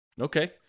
Okay